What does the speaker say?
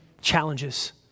challenges